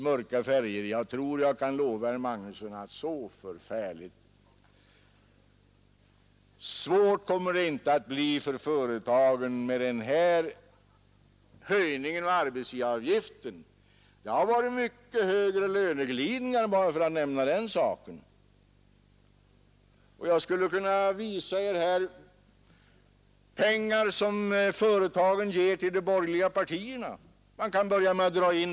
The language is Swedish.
Har alltså inte alla fått en sänkning av den direkta statsskatten? Är det någon som kan förneka att alla med upp till 100 000 kronors inkomst fått sänkningar? Det är ju på det sättet. Men, säger man, det tas igen i form av indirekta skatter. Det skedde också 1970.